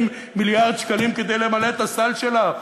מיליארד שקלים כדי למלא את הסל שלך.